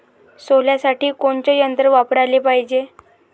सोल्यासाठी कोनचं यंत्र वापराले पायजे?